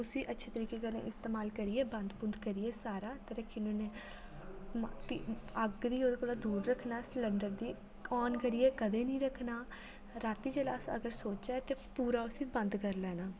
उसी अच्छे तरीके कन्नै इस्तमाल करियै बंद बुंद करियै सारा ते रक्खी ने हुन्नें अग्ग गी ओह्दे कोला दूर रक्खना सिलंडर गी ओन करियै कदें नी रक्खना रातीं जेल्लै अस अगर सौचे ते पूरा उसी बंद करी लैना